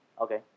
Okay